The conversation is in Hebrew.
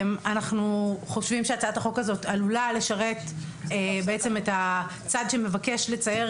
אנחנו חושבים שהצעת החוק עלולה לשרת את הצד שמבקש לצייר